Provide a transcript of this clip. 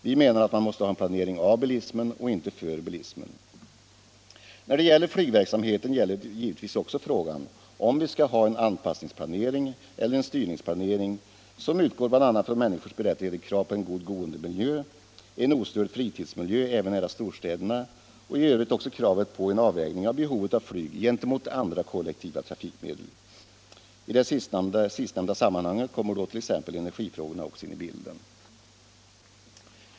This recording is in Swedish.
Vi menar att man måste ha en planering av bilismen och inte för bilismen. När det gäller flygverksamheten gäller givetvis också frågan om vi skall ha en anpassningsplanering eller en styrningsplanering som utgår bl.a. från människors berättigade krav på en god boendemiljö, en ostörd fritidsmiljö även nära storstäderna och i övrigt också kravet på en avvägning av behovet av flyg gentemot andra kollektiva trafikmedel. I det sistnämnda sammanhanget kommer då t.ex. energifrågorna in i bilden.